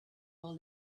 all